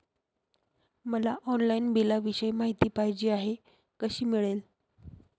मला ऑनलाईन बिलाविषयी माहिती पाहिजे आहे, कशी मिळेल?